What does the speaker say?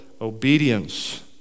obedience